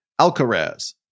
Alcaraz